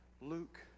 Luke